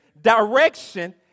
direction